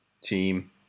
team